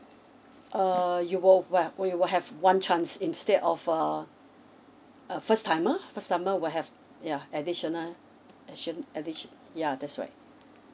uh you will what we will have one chance instead of uh uh first timer first timer will have yeah additional addition addition yeah that's right